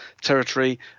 territory